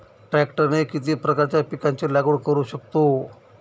ट्रॅक्टरने किती प्रकारच्या पिकाची लागवड करु शकतो?